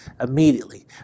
immediately